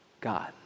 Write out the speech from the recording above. God